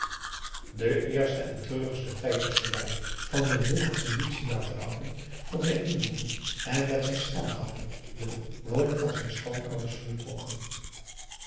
de eerste en treurigste tijd was voorbij van den broek had vendutie laten houden van zijn inboedel en met zijn stamhouder de woning van zijn schoonouders betrokken